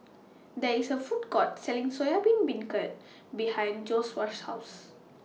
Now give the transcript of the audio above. There IS A Food Court Selling Soya Bean Beancurd behind Joshuah's House